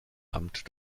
amt